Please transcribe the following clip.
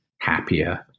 happier